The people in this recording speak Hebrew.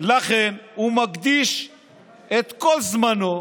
לכן הוא הוא מקדיש את כל זמנו,